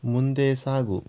ಮುಂದೆ ಸಾಗು